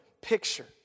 picture